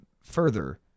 further